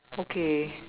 okay